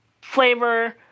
flavor